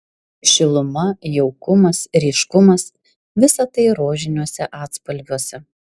šiluma jaukumas ryškumas visa tai rožiniuose atspalviuose